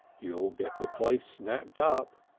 you'll get the place snapped up,